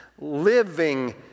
Living